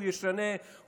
הוא ישנה,